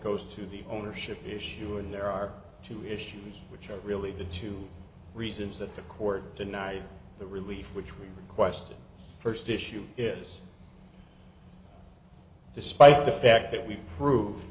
goes to the ownership issue and there are two issues which are really the two reasons that the court denied the relief which we requested first issue is despite the fact that we prove